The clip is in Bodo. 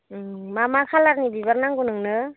मा मा कालारनि बिबार नांगौ नोंनो